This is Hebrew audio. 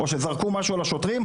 או שזרקו משהו על השוטרים,